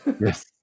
Yes